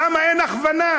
למה אין הכוונה?